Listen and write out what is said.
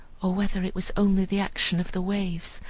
or whether it was only the action of the waves,